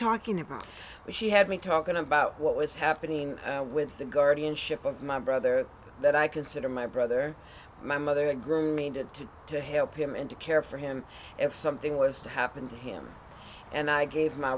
talking about she had me talking about what was happening with the guardianship of my brother that i consider my brother my mother and grooming to to to help him and to care for him if something was to happen to him and i gave my